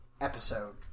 episode